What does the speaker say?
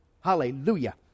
Hallelujah